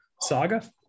saga